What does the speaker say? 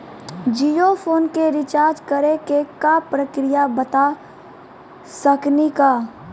Jio phone के recharge करे के का प्रक्रिया बता साकिनी का?